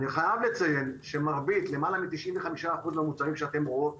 אני חייב לציין שמרבית למעלה מ-95% מהמוצרים שאתן רואות